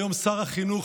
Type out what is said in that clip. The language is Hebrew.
שהוא היום שר החינוך,